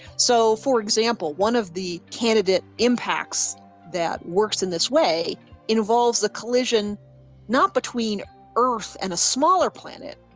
so, for example, one of the candidate impacts that works in this way involves the collision not between earth and a smaller planet,